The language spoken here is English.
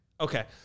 Okay